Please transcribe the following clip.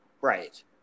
Right